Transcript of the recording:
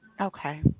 Okay